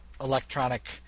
electronic